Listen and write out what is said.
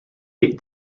ate